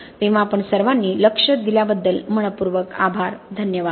तेव्हा आपण सर्वांनी लक्ष दिल्याबद्दल मनःपूर्वक आभार धन्यवाद